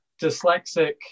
dyslexic